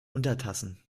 untertassen